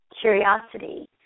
curiosity